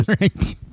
Right